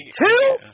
two